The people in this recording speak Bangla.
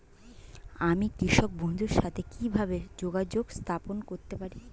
আমি কৃষক বন্ধুর সাথে কিভাবে যোগাযোগ স্থাপন করতে পারি?